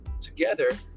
together